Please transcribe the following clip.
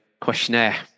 questionnaire